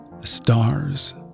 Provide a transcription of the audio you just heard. stars